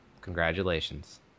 Congratulations